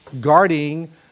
guarding